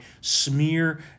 smear